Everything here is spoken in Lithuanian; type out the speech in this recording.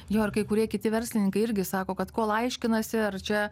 jo ir kai kurie kiti verslininkai irgi sako kad kol aiškinasi ar čia